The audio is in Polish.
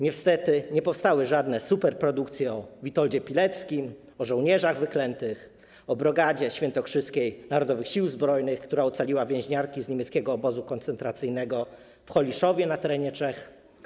Niestety nie powstały żadne superprodukcje o Witoldzie Pileckim, o żołnierzach wyklętych, o Brygadzie Świętokrzyskiej Narodowych Sił Zbrojnych, która ocaliła więźniarki z niemieckiego obozu koncentracyjnego w Holiszowie na terenie Czech.